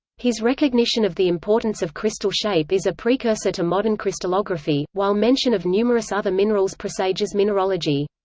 his recognition of the importance of crystal shape is a precursor to modern crystallography, while mention of numerous other minerals presages mineralogy.